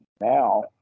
Now